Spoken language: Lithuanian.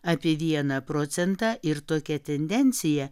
apie vieną procentą ir tokia tendencija